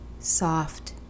soft